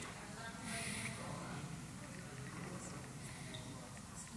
חבריי חברי הכנסת, אני רוצה לנצל את